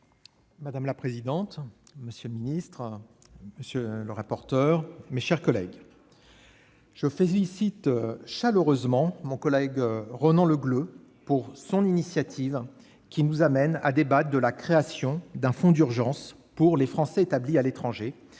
Madame la présidente, monsieur le secrétaire d'État, mes chers collègues, je félicite chaleureusement Ronan Le Gleut pour son initiative, qui nous amène à débattre de la création d'un fonds d'urgence pour les Français établis à l'étranger